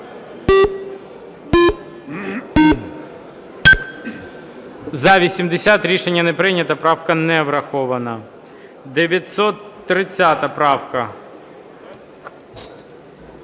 За-80 Рішення не прийнято. Правка не врахована. 930 правка.